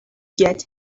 get